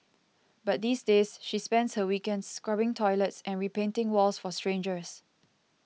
but these days she spends her weekends scrubbing toilets and repainting walls for strangers